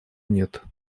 нет